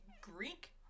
Greek